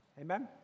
Amen